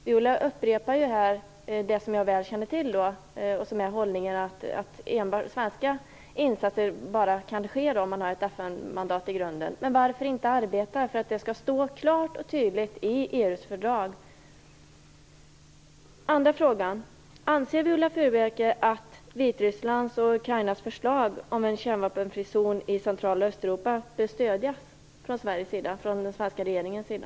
Viola Furubjelke upprepar ju här något som jag väl känner till, nämligen hållningen att svenska insatser bara kan ske om man har ett FN-mandat i grunden. Men varför inte arbeta för att det skall stå klart och tydligt i EU:s fördrag? Den andra frågan är: Anser Viola Furubjelke att Vitrysslands och Ukrainas förslag om en kärnvapenfri zon i Central och Östeuropa bör stödjas från Sveriges och den svenska regeringens sida?